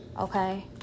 Okay